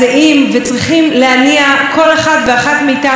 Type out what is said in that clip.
את כל ממשלות העולם ואת כל הפרלמנטים בעולם,